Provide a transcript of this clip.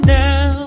now